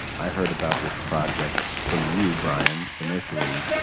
i heard about this project from you, brian, initially.